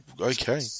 okay